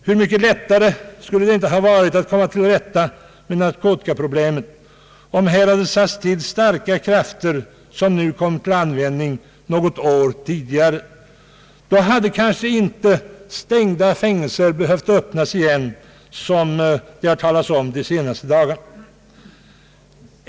Hur mycket lättare skulle det inte ha varit att komma till rätta med narkotikaproblemet om man redan något år tidigare vidtagit kraftiga åtgärder. Då hade man kanske inte åter behövt öppna stängda fängelser, varom vi fått upplysning de senaste dagarna.